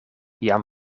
jam